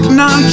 now